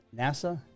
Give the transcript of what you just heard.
NASA